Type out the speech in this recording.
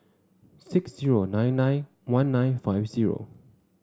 six zero nine nine one nine five zero